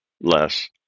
less